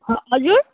ह हजुर